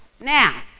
Now